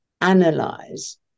analyze